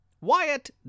Wyatt